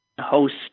host